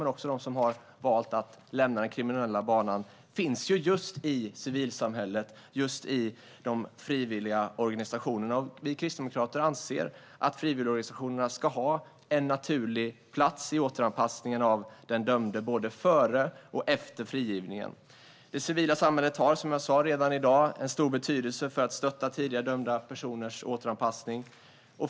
Men även de som har lämnat den kriminella banan finns i civilsamhället och i de frivilliga organisationerna. Vi kristdemokrater anser att frivilligorganisationerna ska ha en naturlig plats i återanpassningen av den dömde både före och efter frigivningen. Det civila samhället har redan i dag, som jag sa, en stor betydelse för att stötta tidigare dömda personers återanpassning.